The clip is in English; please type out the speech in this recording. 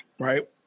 right